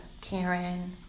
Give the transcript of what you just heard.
Karen